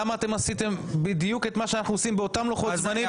למה אתם עשיתם בדיוק את מה שאנחנו עושים באותם לוחות זמנים,